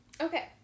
okay